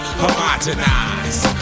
homogenized